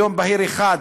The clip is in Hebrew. ביום בהיר אחד